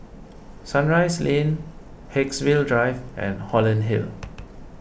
Sunrise Lane Haigsville Drive and Holland Hill